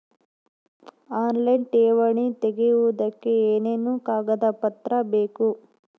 Online ಠೇವಣಿ ತೆಗಿಯೋದಕ್ಕೆ ಏನೇನು ಕಾಗದಪತ್ರ ಬೇಕು?